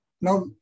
now